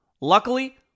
Luckily